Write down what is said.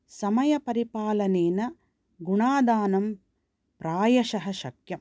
समयपरिपालनेन गुणाधानं प्रायशः शक्यम्